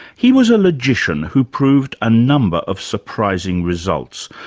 he was a logician who proved a number of surprising results,